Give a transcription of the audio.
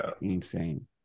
Insane